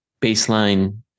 baseline